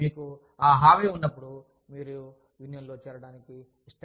మీకు ఆ హామీ ఉన్నప్పుడు మీరు యూనియన్లో చేరడానికి ఇష్టపడరు